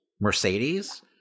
Mercedes